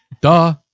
Duh